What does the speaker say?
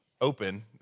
open